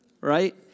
Right